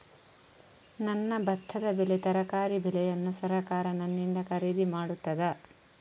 ನನ್ನ ಭತ್ತದ ಬೆಳೆ, ತರಕಾರಿ ಬೆಳೆಯನ್ನು ಸರಕಾರ ನನ್ನಿಂದ ಖರೀದಿ ಮಾಡುತ್ತದಾ?